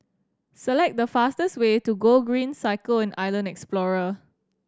select the fastest way to Gogreen Cycle and Island Explorer